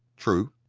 true.